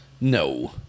No